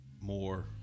more